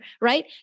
right